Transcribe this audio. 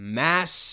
mass